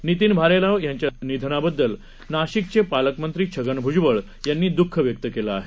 नितीन भालेराव यांच्या निधनाबद्दल नाशिकचे पालकमंत्री छगन भ्जबळ यांनी दुख व्यक्त केलं आहे